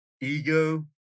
ego